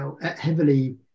heavily